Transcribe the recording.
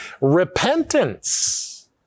repentance